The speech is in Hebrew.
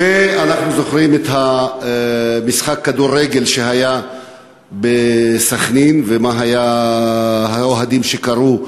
ואנחנו זוכרים את משחק הכדורגל שהיה בסח'נין והאוהדים שקראו,